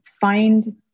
Find